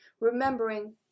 remembering